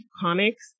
comics